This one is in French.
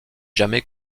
jamais